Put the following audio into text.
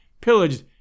pillaged